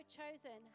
chosen